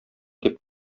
дип